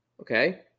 Okay